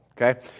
okay